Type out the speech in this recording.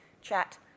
chat